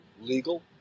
legal